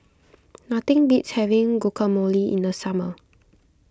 nothing beats having Guacamole in the summer